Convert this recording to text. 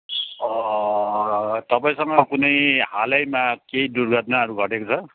तपाईँसँग कुनै हालैमा केही दुर्घटनाहरू घटेको छ